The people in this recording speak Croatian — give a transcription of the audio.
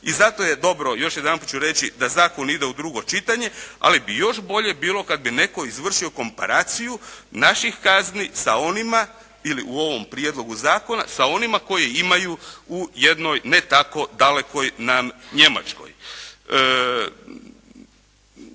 I zato je dobro još jedanput ću reći, da zakon ide u drugo čitanje, ali bi još bolje bilo kada bi netko izvršio komparaciju naših kazni sa onima ili u ovom prijedlogu zakona sa onima koji imaju u jednoj ne tako dalekoj nam Njemačkoj.